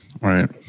Right